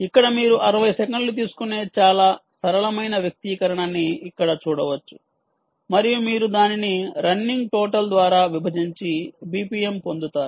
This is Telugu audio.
ఇక్కడ మీరు 60 సెకన్లు తీసుకునే చాలా సరళమైన వ్యక్తీకరణ ని ఇక్కడ చూడవచ్చు మరియు మీరు దానిని రన్నింగ్ టోటల్ ద్వారా విభజించి BPM పొందుతారు